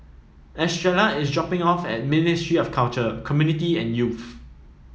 Estrella is dropping off at Ministry of Culture Community and Youth